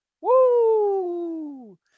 Woo